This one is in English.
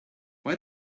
why